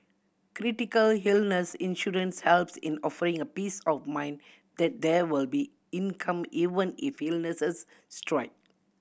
critical illness insurance helps in offering a peace of mind that there will be income even if illnesses strike